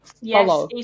yes